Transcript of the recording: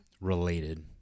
related